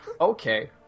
Okay